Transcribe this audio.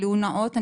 גילוי נאות,